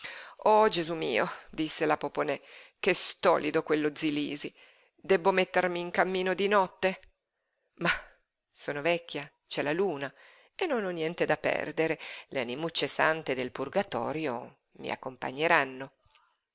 o gesú mio disse la poponè che stolido quello zi lisi debbo mettermi in cammino di notte mah sono vecchia c'è la luna e non ho niente da perdere le animucce sante del purgatorio mi accompagneranno